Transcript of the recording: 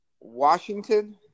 Washington